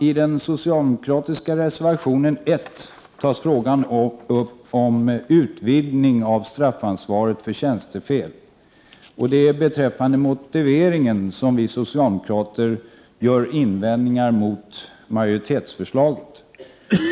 I den socialdemokratiska reservationen nr 1 tas frågan om utvidgning av straffansvaret för tjänstefel upp. Det är beträffande motiveringen som vi socialdemokrater gör invändningar mot majoritetsförslaget.